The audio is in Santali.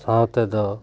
ᱥᱟᱶᱛᱮ ᱫᱚ